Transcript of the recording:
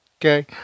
Okay